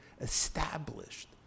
established